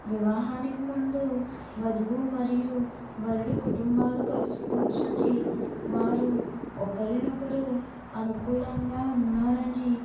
వివాహానికి ముందు వధువు మరియు వరుడు కుటుంబాలు కలిసి కూర్చొని వారు ఒకరికొకరు అనుకూలంగా ఉన్నారని